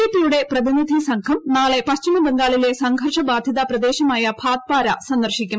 ജെപിയുടെ പ്രതിനിധി സംഘം നാളെ പശ്ചിമബംഗാളിലെ സംഘർഷ ബാധിത പ്രദേശമായ ഭാത്പാര സന്ദർശിക്കും